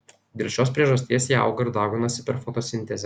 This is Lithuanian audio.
dėl šios priežasties jie auga ir dauginasi per fotosintezę